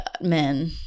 men